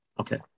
Okay